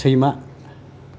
सैमा